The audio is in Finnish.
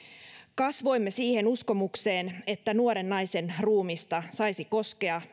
kasvoimme siihen uskomukseen että nuoren naisen ruumista saisi koskea